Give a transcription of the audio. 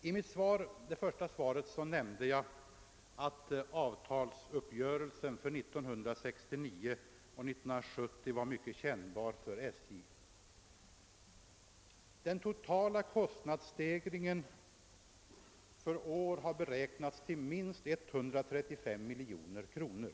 I mitt frågesvar nämnde jag att avtalsuppgörelsen för 1969 och 1970 var mycket kännbar för SJ. Den totala kostnadsstegringen per år har beräknats till minst 135 miljoner kronor.